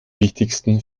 wichtigsten